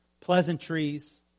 pleasantries